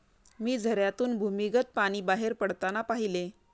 मी झऱ्यातून भूमिगत पाणी बाहेर पडताना पाहिले